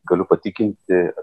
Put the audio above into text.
galiu patikinti